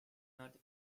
not